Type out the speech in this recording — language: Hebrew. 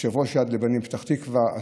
יושב-ראש יד לבנים בפתח תקווה.